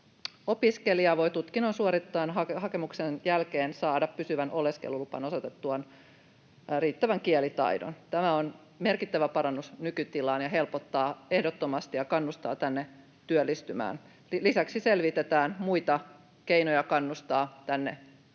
opiskelija voi tutkinnon suoritettuaan hakemuksen jälkeen saada pysyvän oleskeluluvan osoitettuaan riittävän kielitaidon. Tämä on merkittävä parannus nykytilaan ja helpottaa ehdottomasti ja kannustaa tänne työllistymään. Lisäksi selvitetään muita keinoja kannustaa tänne jäämään